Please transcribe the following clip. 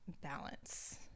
balance